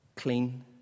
clean